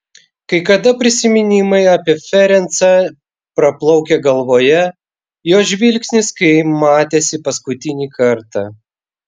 kai kada prisiminimai apie ferencą praplaukia galvoje jo žvilgsnis kai matėsi paskutinį kartą